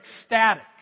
ecstatic